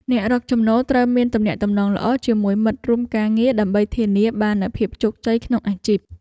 អ្នករកចំណូលត្រូវមានទំនាក់ទំនងល្អជាមួយមិត្តរួមការងារ ដើម្បីធានាបាននូវភាពជោគជ័យក្នុងអាជីព។